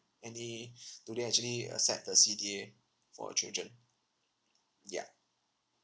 any do they actually accept the C_D_A for children ya